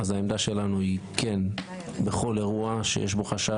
העמדה שלנו היא שבכל אירוע שיש בו חשש